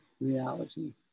reality